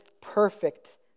perfect